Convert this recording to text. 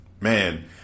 man